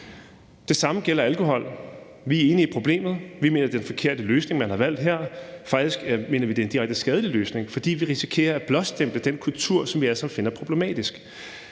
Det samme gælder alkohol. Vi er enige i problemet, men vi mener, det er den forkerte løsning, man har valgt her. Faktisk mener vi, at det er en direkte skadelig løsning, fordi vi risikerer at blåstemple den kultur, som vi alle sammen finder problematisk.